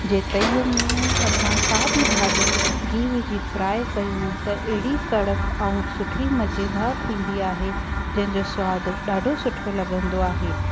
जे तई में असां का बि भाॼी गीहु विझी फ्राए कयूं त अहिड़ी कड़क ऐं सुठी मज़ेदार थींदी आहे जंहिंजो स्वादु ॾाढो सुठो लॻंदो आहे